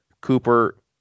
Cooper